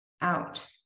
out